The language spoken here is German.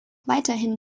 weiterhin